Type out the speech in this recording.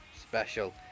Special